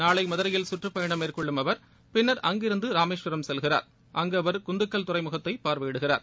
நாளை மதுரையில் கற்றுப்பயணம் மேற்கொள்ளும் அவர் பின்னர் அங்கிருந்து ராமேஸ்வரம் செல்கிறார் அங்கு அவர் குந்துக்கல் துறைமுகத்தை பார்வையிடுகிறார்